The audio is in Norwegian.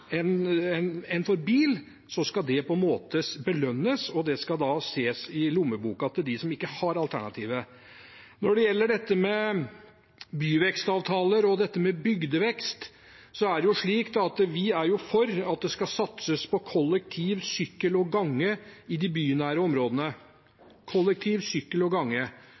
bil, skal det på en måte belønnes og merkes i lommeboken til dem som ikke har alternativer. Når det gjelder dette med byvekstavtaler og dette med bygdevekst, er jo vi for at det skal satses på kollektiv, sykkel og gange i de bynære områdene. Derfor ønsker vi å omfordele og